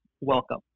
welcome